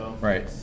Right